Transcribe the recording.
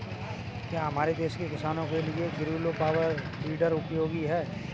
क्या हमारे देश के किसानों के लिए ग्रीलो पावर वीडर उपयोगी है?